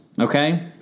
Okay